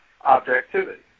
objectivity